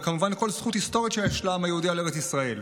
וכמובן לכל זכות היסטורית שיש לעם היהודי על ארץ ישראל.